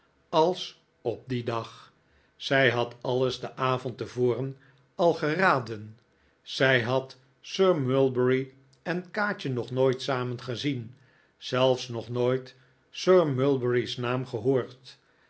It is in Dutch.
als op dien dag zij had alles den avond tevoren al geraden zij had sir mulberry en kaatje nog nooit samen gezien zelfs nog nooit sir mulberry's naam gehoord